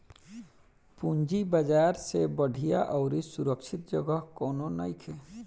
पूंजी बाजार से बढ़िया अउरी सुरक्षित जगह कौनो नइखे